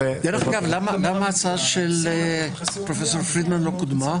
אגב למה ההצעה של פרופ' פרידמן לא קודמה?